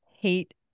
hate